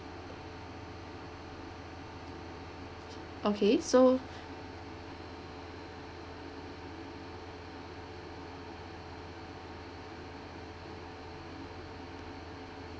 okay so